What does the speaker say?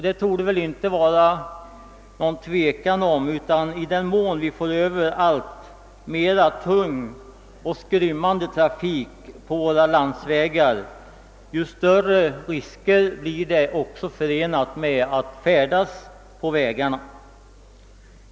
Det torde väl inte råda någon tvekan om att vi i den mån vi för över den alltmer tunga och skrymmande trafiken på våra landsvägar blir det förenat med större risker att färdas på vägarna.